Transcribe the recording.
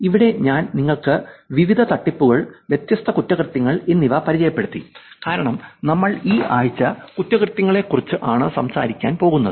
ഇവിടെ ഞാൻ നിങ്ങൾക്ക് വിവിധ തട്ടിപ്പുകൾ വ്യത്യസ്ത കുറ്റകൃത്യങ്ങൾ എന്നിവ പരിചയപ്പെടുത്തി കാരണം നമ്മൾ ഈ ആഴ്ച കുറ്റകൃത്യങ്ങളെക്കുറിച്ച് ആണ് സംസാരിക്കാൻ പോകുന്നത്